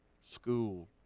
school